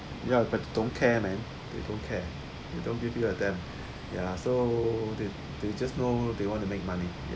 ya but don't care man they don't care they don't give you a damn ya so they they just know they want to make money ya